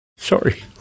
Sorry